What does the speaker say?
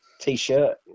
T-shirt